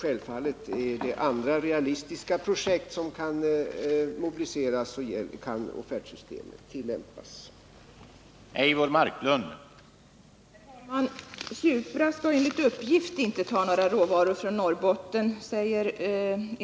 Kan även andra realistiska projekt mobiliseras, så kan offertsystemet självfallet tillämpas också för dem.